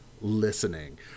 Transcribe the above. listening